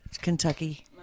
Kentucky